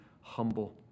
humble